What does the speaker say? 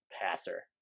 passer